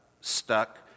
stuck